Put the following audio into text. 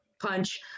punch